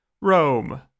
Rome